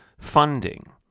funding